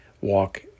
walk